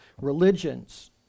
religions